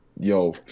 Yo